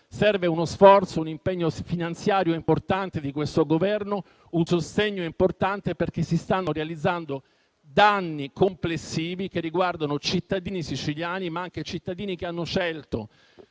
Serve uno sforzo, un impegno finanziario importante di questo Governo, un sostegno significativo perché si stanno realizzando danni complessivi che interessano i cittadini siciliani, ma anche i cittadini che hanno scelto